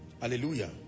hallelujah